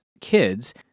kids